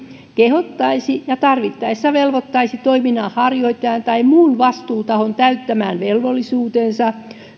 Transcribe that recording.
kehottaisi ja tarvittaessa velvoittaisi toiminnanharjoittajan tai muun vastuutahon täyttämään velvollisuutensa ympäristön